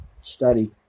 Study